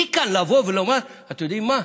מכאן לבוא ולומר, אתם יודעים מה?